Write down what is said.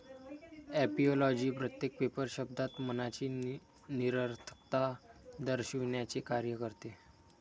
ऍपिओलॉजी प्रत्येक पेपर शब्दात मनाची निरर्थकता दर्शविण्याचे कार्य करते